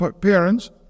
parents